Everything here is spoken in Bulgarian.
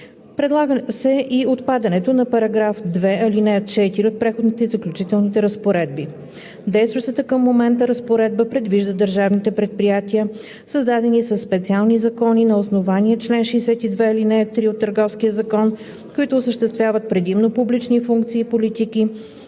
Предлага се и отпадането на § 2, ал. 4 от Преходните и заключителни разпоредби. Действащата към момента разпоредба предвижда държавните предприятия, създадени със специални закони на основание чл. 62, ал. 3 от Търговския закон, които осъществяват предимно публични функции и политики,